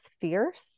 fierce